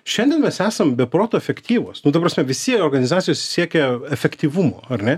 šiandien mes esam be proto efektyvūs nu ta prasme visi organizacijos siekia efektyvumo ar ne